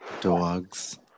Dogs